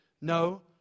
No